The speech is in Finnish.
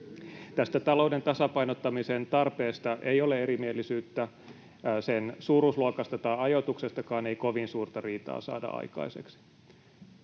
Tästä talouden tasapainottamisen tarpeesta ei ole erimielisyyttä, sen suuruusluokasta tai ajoituksestakaan ei kovin suurta riitaa saada aikaiseksi.